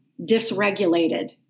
dysregulated